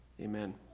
Amen